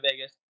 Vegas